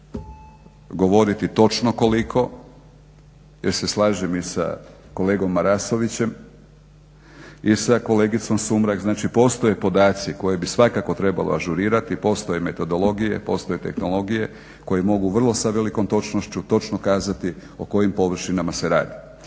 previše govoriti točno koliko jer se slažem i sa kolegom Marasovićem i sa kolegicom Sumrak, znači postoje podaci koje bi svakako trebalo ažurirati, postoje metodologije, postoje tehnologije koje mogu vrlo sa velikom točnošću točno kazati o kojim površinama se radi.